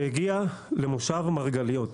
שהגיע למושב מרגליות.